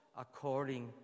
according